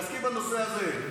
תעסקי בנושא הזה.